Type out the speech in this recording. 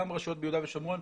גם רשויות ביהודה ושומרון,